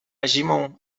zimą